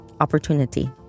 opportunity